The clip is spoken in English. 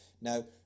now